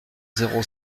zéro